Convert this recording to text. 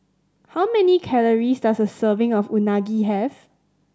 how many calories does a serving of Unagi have